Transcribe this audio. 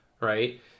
Right